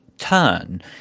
Turn